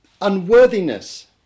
unworthiness